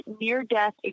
near-death